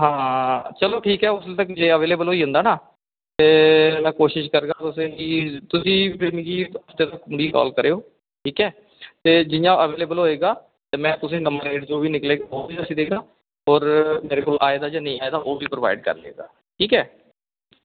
हां चलो ठीक ऐ उसले तक एह् अवेलेबल होई जंदा ना ते मैं कोशिश करगा तुसें कि तुसी फ्ही मिकी हफ्ते तक मुड़िया कॉल करेओ ठीक ऐ ते जियां अवेलेबल होए गा ते मैं तुसें ओह् वी दस्सी देइड़गा और मेरे कोल आए दा जां नेईं आए दा ओह् वी प्रोवाइड करी लेगा ठीक ऐ